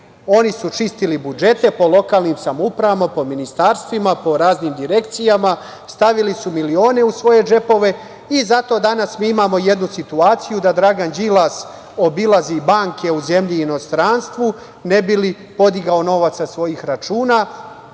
Oni su čistili budžete po lokalnim samouprava, po ministarstvima, raznim direkcijama, stavili su milione u svoje džepove i zato danas mi imamo jednu situaciju da Dragan Đilas obilazi banke u zemlji i inostranstvu ne bi li podigao novac sa svojih računa. Sa